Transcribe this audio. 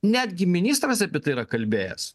netgi ministras apie tai yra kalbėjęs